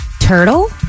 Turtle